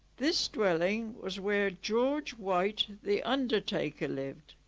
this dwelling was where george white the undertaker lived.